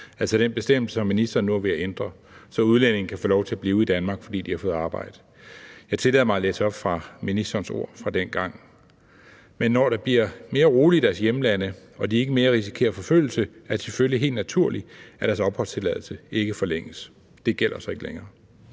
altså den bestemmelse, som ministeren nu er ved at ændre, så udlændinge kan få lov til at blive i Danmark, fordi de har fået arbejde. Jeg tillader mig at læse op af ministerens ord fra dengang: »Men når der bliver mere roligt i deres hjemland og de ikke mere risikerer forfølgelse, er det selvfølgelig helt naturligt, at deres opholdstilladelse ikke forlænges.« Det gælder så ikke længere.